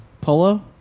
Polo